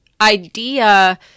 idea